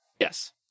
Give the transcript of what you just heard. Yes